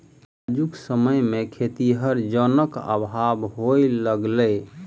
आजुक समय मे खेतीहर जनक अभाव होमय लगलै